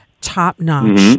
top-notch